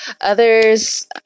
Others